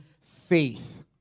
faith